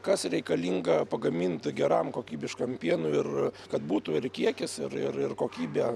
kas reikalinga pagamint geram kokybiškam pienui ir kad būtų ir kiekis ir ir ir kokybė